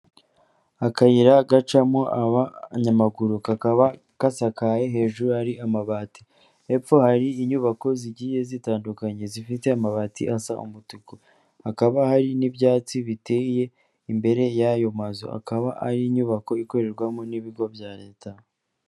Akayira gacamo abayamaguru kakaba kasakaye hejuru ari amabati. Hepfo hari inyubako zigiye zitandukanye zifite amabati asa umutuku akaba hari n'ibyatsi biteye imbere y'ayo mazu akaba ari inyubako ikorerwamo n'ibigo bya leta.